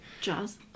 Jaws